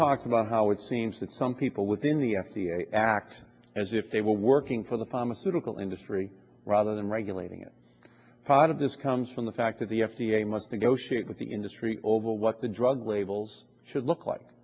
talked about how it seems that some people within the act as if they were working for the pharmaceutical industry rather than regulating it part of this comes from the fact that the f d a must negotiate with the industry over what the drug labels should look like